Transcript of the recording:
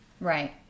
right